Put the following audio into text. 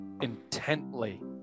intently